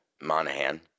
monahan